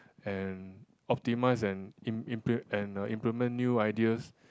and optimise and im~ imple~ and implement new ideas